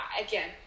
Again